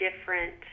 different